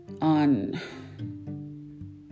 on